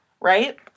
Right